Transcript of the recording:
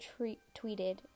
tweeted